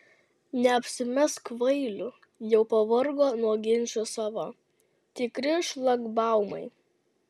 neapsimesk kvailiu jau pavargo nuo ginčų sava tikri šlagbaumai